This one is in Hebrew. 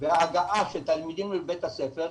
וההגעה של תלמידים לבית הספר,